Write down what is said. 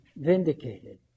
vindicated